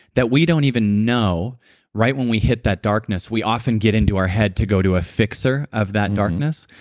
that we don't even know right when we hit that darkness we often get into our head to go to a fixer of that darkness.